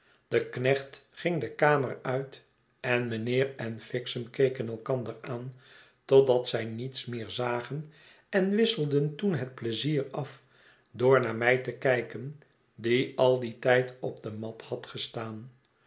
de knecht ging de kamer uit en meneer en fixem keken elkander aan totdat zij niets meer zagen en wisselden toen het pleizier af door naar mij te kijken die al dien tijd op de mat hadgestaan